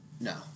No